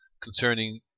concerning